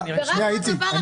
איציק,